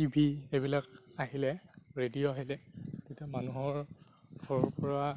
T V এইবিলাক আহিলে radio আহিলে তেতিয়া মানুহৰ ঘৰৰ পৰা